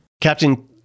Captain